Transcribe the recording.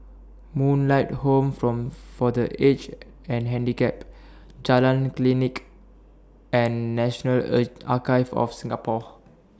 Moonlight Home from For The Aged and Handicapped Jalan Klinik and National A Archives of Singapore